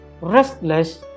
restless